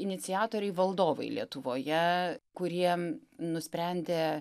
iniciatoriai valdovai lietuvoje kurie nusprendė